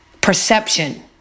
perception